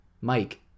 Mike